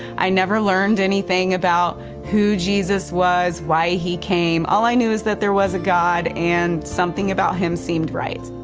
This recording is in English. i never learned anything about who jesus was, why he came. all i knew is that there was a god and something about him seemed right.